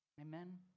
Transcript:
Amen